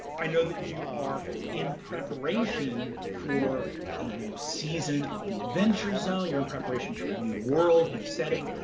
i know that you are in preparation for a new season of the adventure zone. you're in preparation for new world, new setting.